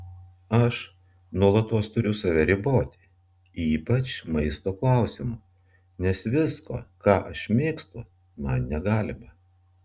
aš nuolatos turiu save riboti ypač maisto klausimu nes visko ką aš mėgstu man negalima